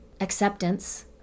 acceptance